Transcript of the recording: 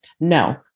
No